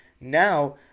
Now